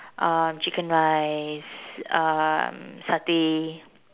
um chicken rice um Satay